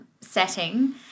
setting